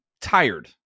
tired